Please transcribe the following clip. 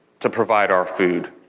to provide our food.